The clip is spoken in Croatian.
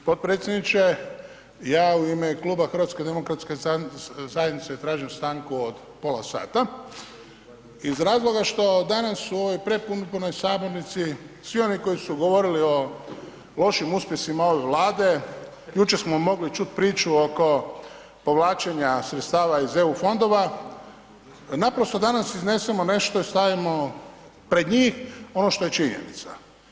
G. potpredsjedniče, ja u ime Kluba HDZ-a tražim stanku od pola sata iz razloga što danas u ovoj prepunoj sabornici svi oni koji su govorili o lošim uspjesima ove Vlade, jučer smo mogli čuti priču oko povlačenja sredstava iz EU fondova, da naprosto danas iznesemo nešto i stavimo pred njih, ono što je činjenica.